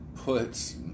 Puts